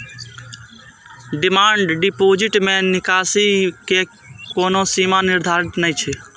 demand deposit मे निकासी के कोनो सीमा निर्धारित नै रहै छै